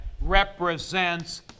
represents